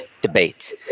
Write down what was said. debate